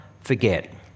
forget